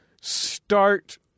start